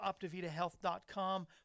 OptivitaHealth.com